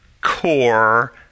core